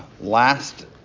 last